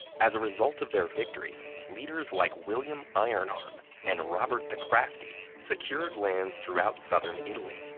as a result of their victories, leaders like william iron-arm and robert the crafty secured lands throughout southern italy,